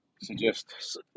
suggest